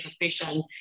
profession